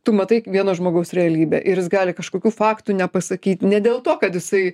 tu matai vieno žmogaus realybę ir jis gali kažkokių faktų nepasakyt ne dėl to kad jisai